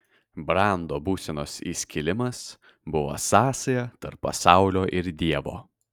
brando būsenos įskilimas buvo sąsaja tarp pasaulio ir dievo